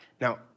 Now